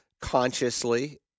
consciously